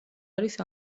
არის